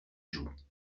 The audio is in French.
joue